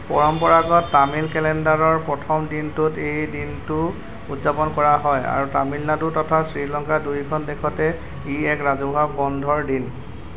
পৰম্পৰাগত তামিল কেলেণ্ডাৰৰ প্ৰথম দিনটোত এই দিনটো উদযাপন কৰা হয় আৰু তামিলনাডু তথা শ্ৰীলংকা দুয়োখন দেশতে ই এক ৰাজহুৱা বন্ধৰ দিন